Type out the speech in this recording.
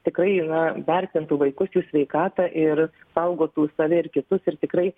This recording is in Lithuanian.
tikrai na vertintų vaikučių sveikatą ir saugotų save ir kitus ir tikrai